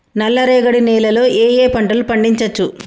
నల్లరేగడి నేల లో ఏ ఏ పంట లు పండించచ్చు?